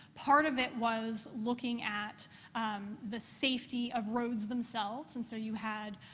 part of it was looking at the safety of roads themselves. and so you had,